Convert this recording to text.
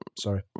Sorry